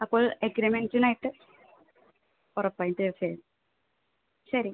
അപ്പോൾ എഗ്രിമെൻറ്റ്സിനായിട്ട് ഉറപ്പായും തീർച്ചയായും ശരി